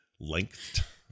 Length